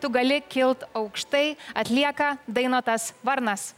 tu gali kilt aukštai atlieka dainotas varnas